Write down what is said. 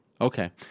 Okay